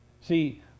See